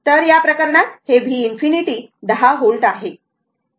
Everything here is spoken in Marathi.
तर या प्रकरणात हे v ∞ 10 व्होल्ट आहे